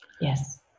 Yes